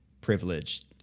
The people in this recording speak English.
privileged